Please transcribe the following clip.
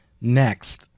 next